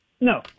no